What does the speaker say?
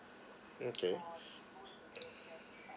okay